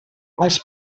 els